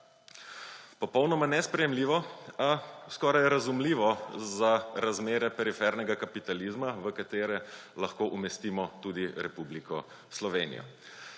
Popolnoma nesprejemljivo, a skoraj razumljivo za razmere perifernega kapitalizma, v katere lahko umestimo tudi Republiko Slovenijo.